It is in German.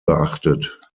beachtet